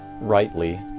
rightly